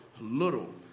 little